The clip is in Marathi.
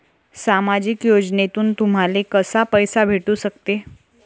सामाजिक योजनेतून तुम्हाले कसा पैसा भेटू सकते?